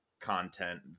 content